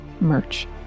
merch